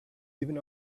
even